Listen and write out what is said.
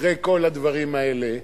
אחרי כל הדברים האלה אתה,